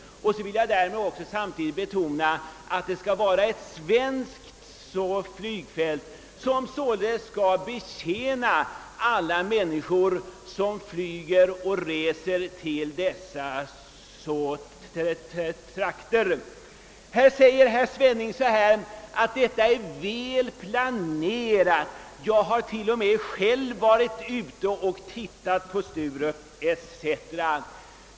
Det skall också vara ett svenskt flygfält, som betjänar alla människor som reser till och från dessa trakter. Herr Svenning sade att Sturup-projektet är väl planerat — han hade själv varit ute och tittat på det.